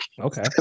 Okay